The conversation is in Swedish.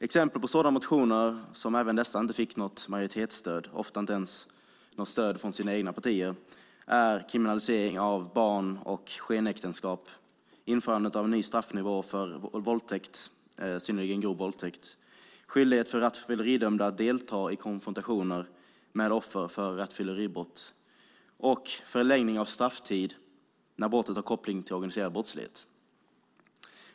Exempel på sådana motioner, som även dessa inte fick något majoritetsstöd, ofta inte ens något stöd från de egna partierna, är kriminalisering av barn och skenäktenskap, införandet av en ny straffnivå för våldtäkt, nämligen synnerligen grov våldtäkt, skyldighet för rattfylleridömda att delta i konfrontationer med offer för rattfylleribrott och förlängning av strafftiden när brottet har koppling till organiserad brottslighet.